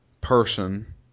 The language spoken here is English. person